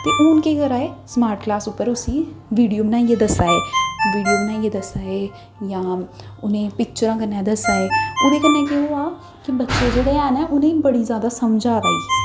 ते हून केह् करा दे स्मार्ट क्लास उप्पर उस्सी विडियो बनाइयै दस्सा दे विडियो बनाइयै दस्सा जां उ'नें गी पिक्चरां दस्सा दे ओह्दे कन्नै केह् होआ दा कि बच्चे जेह्ड़े ऐन ओह् उ'नें गी बड़ी जैदा समझ औंदी